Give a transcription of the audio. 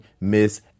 miss